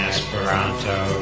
Esperanto